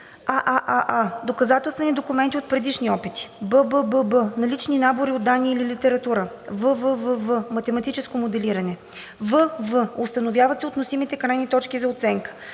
аааа) доказателствени документи от предишни опити; бббб) налични набори от данни или литература; вввв) математическо моделиране. вв) установяват се относимите крайни точки за оценка;